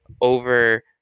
over